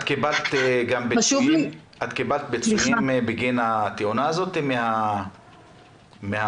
את קיבלת פיצויים בגין התאונה הזאת מן המעביד?